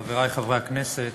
חברי חברי הכנסת,